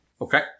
Okay